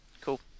cool